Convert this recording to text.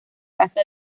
casa